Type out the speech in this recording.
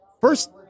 First